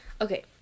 okay